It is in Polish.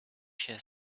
się